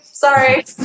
sorry